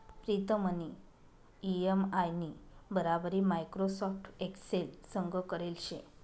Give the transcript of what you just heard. प्रीतमनी इ.एम.आय नी बराबरी माइक्रोसॉफ्ट एक्सेल संग करेल शे